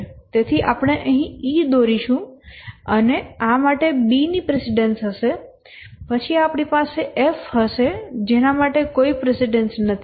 તેથી આપણે અહીં E દોરીશું અને આ માટે B ની પ્રિસીડેન્સ હશે અને પછી આપણી પાસે F હશે જેના માટે કોઈ પ્રિસીડેન્સ નથી